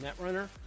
Netrunner